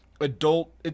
adult